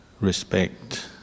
respect